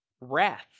wrath